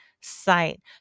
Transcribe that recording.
site